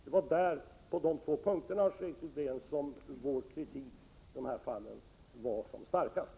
Det var på dessa två punkter, Lars-Erik Lövdén, som vår kritik i det här fallet var som starkast.